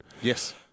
Yes